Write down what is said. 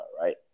right